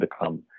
become